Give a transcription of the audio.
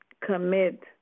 commit